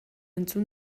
entzun